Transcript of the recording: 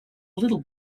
little